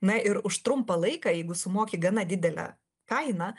na ir už trumpą laiką jeigu sumoki gana didelę kainą